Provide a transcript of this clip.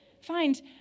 Find